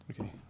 Okay